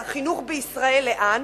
"החינוך בישראל לאן".